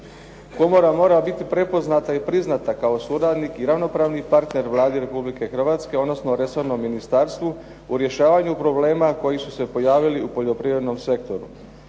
Komora mora biti prepoznata i priznata kao suradnik i ravnopravni partner Vladi Republike Hrvatske, odnosno resornom ministarstvu u rješavanju problema koji su se pojavili u poljoprivrednom sektoru.